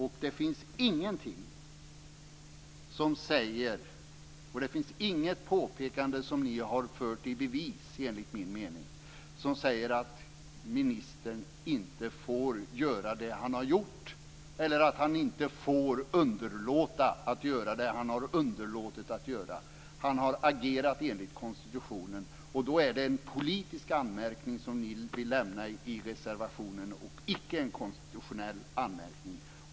Enligt min mening finns det inget påpekande som ni har fört i bevis som säger att ministern inte får göra det han har gjort eller att han inte får underlåta att göra det han har underlåtit att göra. Han har agerat enligt konstitutionen. Då är det en politisk anmärkning som ni vill lämna i reservationen och icke en konstitutionell anmärkning.